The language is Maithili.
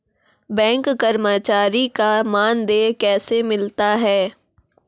बैंक कर्मचारी का मानदेय कैसे मिलता हैं?